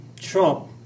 Trump